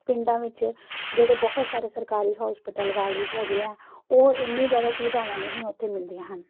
ਪਿੰਡਾਂ ਵਿੱਚ ਜਿਹੜੇ ਬਹੁਤ ਸਾਰੇ ਸਰਕਾਰੀ ਹੋਸਪਿਟਲ ਵਾਲ ਵੀ ਹੈਗੇ ਆ ਉਹ ਇੰਨੀ ਜ਼ਿਆਦਾ ਸੁਵਿਧਾਵਾਂ ਨਹੀਂ ਉੱਥੇ ਮਿਲਦੀਆਂ ਹਨ